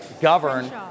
govern